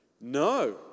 No